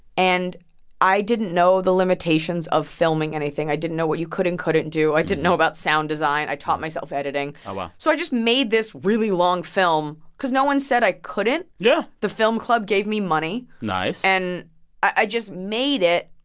and i didn't know the limitations of filming anything. i didn't know what you could and couldn't do. i didn't know about sound design. i taught myself editing oh, wow so i just made this really long film because no one said i couldn't yeah the film club gave me money nice and i just made it.